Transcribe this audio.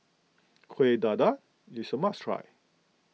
Kuih Dadar is a must try